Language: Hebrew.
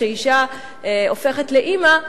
כשאשה הופכת לאמא,